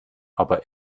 aber